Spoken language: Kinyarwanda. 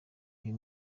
uyu